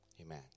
amen